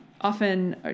often